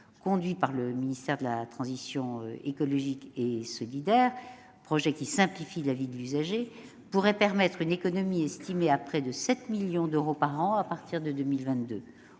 conduit par le ministère de la transition écologique et solidaire, qui simplifie la vie de l'usager, pourrait permettre une économie estimée à près de 7 millions d'euros par an à partir de 2022.